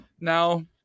now